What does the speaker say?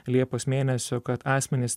liepos mėnesio kad asmenys